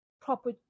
proper